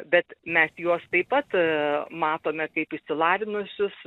bet mes juos taip pat matome kaip išsilavinusius